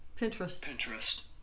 Pinterest